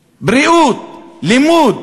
בריאות, לימוד,